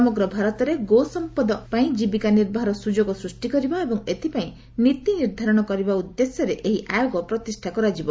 ସମଗ୍ର ଭାରତରେ ଗୋ ସମ୍ପଦ ପାଇଁ ଜୀବିକା ନିର୍ବାହର ସ୍ରଯୋଗ ସୃଷ୍ଟି କରିବା ଏବଂ ଏଥିପାଇଁ ନୀତି ନିର୍ଦ୍ଧାରଣ କରିବା ଉଦ୍ଦେଶ୍ୟରେ ଏହି ଆୟୋଗ ପ୍ରତିଷ୍ଠା କରାଯିବ